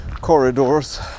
corridors